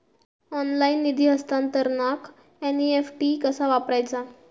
Online निधी हस्तांतरणाक NEFT कसा वापरायचा?